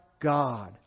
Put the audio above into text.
God